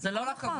עם כל הכבוד.